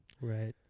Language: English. Right